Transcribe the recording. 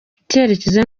icyerecyezo